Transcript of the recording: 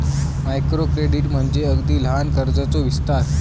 micro credit म्हणजे अगदी लहान कर्जाचो विस्तार